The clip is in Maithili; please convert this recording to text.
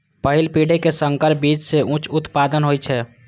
पहिल पीढ़ी के संकर बीज सं उच्च उत्पादन होइ छै